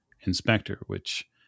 inspector—which